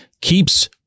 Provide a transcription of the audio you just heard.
Keeps